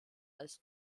als